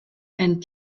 and